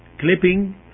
clipping